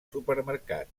supermercat